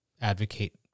advocate